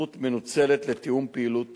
והזכות מנוצלת לתיאום פעילות טרור.